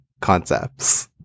concepts